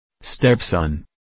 Stepson